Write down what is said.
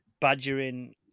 badgering